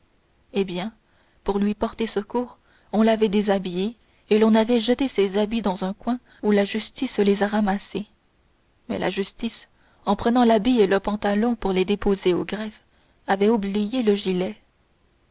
eh bien pour lui porter secours on l'avait déshabillé et l'on avait jeté ses habits dans un coin où la justice les a ramassés mais la justice en prenant l'habit et le pantalon pour les déposer au greffe avait oublié le gilet